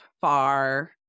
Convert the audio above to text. far